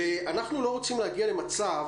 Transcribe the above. אנחנו לא רוצים להגיע למצב